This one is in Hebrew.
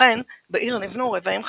לכן בעיר נבנו רבעים חדשים,